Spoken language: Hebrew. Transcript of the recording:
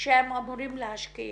שהם אמורים להשקיע,